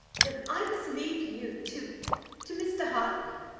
then i must leave you to to mr. hartley.